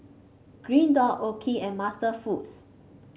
Green Dot OKI and MasterFoods